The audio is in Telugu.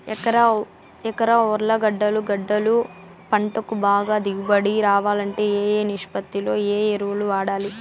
ఎకరా ఉర్లగడ్డలు గడ్డలు పంటకు బాగా దిగుబడి రావాలంటే ఏ ఏ నిష్పత్తిలో ఏ ఎరువులు వాడాలి?